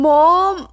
Mom